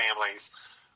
families